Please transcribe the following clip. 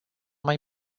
mai